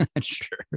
Sure